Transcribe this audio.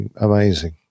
amazing